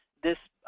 this